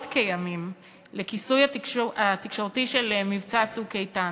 כימים לכיסוי התקשורתי של מבצע "צוק איתן".